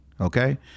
okay